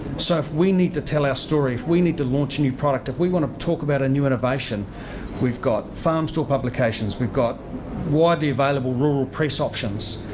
so, if we need to tell our story, if we need to launch a new product, if we want to talk about a new innovation we've got farmstall publications. we've got widely available rural press options.